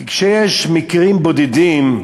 כי כשיש מקרים בודדים,